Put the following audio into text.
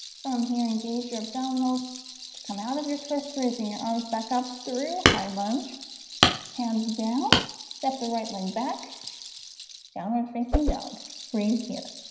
from here engage your abdominals to come out of your twist raising your arms back up through high lunge hands down step the right leg back downward facing dog breathe here